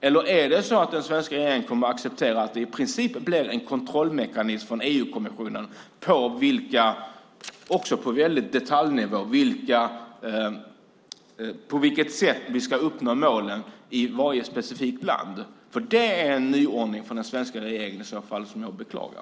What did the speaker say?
gäller detta, eller kommer den svenska regeringen att acceptera att det i princip blir en kontrollmekanism på detaljnivå från EU-kommissionen när det gäller på vilket sätt vi ska uppnå målen i varje specifikt land? Det är i så fall en nyordning från den svenska regeringen som jag beklagar.